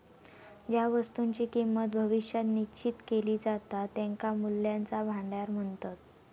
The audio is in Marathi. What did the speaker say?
ज्या वस्तुंची किंमत भविष्यात निश्चित केली जाता त्यांका मूल्याचा भांडार म्हणतत